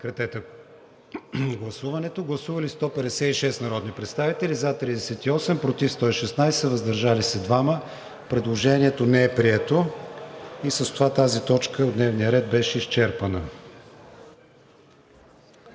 представители. Гласували 156 народни представители: за 38, против 116, въздържали се 2. Предложението не е прието. С това тази точка от дневния ред беше изчерпана.